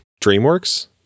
DreamWorks